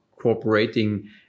cooperating